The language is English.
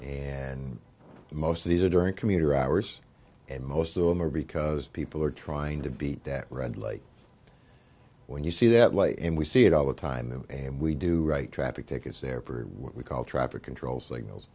and most of these are during commuter hours and most of them are because people are trying to beat that red light when you see that light and we see it all the time and we do write traffic tickets there for what we call traffic control signals